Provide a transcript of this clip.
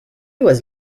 was